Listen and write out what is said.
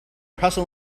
hustle